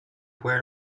where